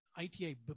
ITI